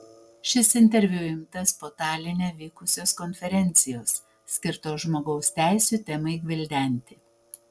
šis interviu imtas po taline vykusios konferencijos skirtos žmogaus teisių temai gvildenti